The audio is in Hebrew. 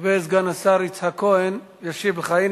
סגן השר יצחק כהן ישיב לך.